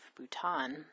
Bhutan